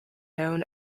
known